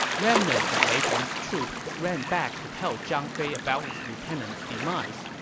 remnants of lei tong's troops ran back to tell zhang fei about his lieutenant's demise,